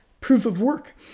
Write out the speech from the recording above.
proof-of-work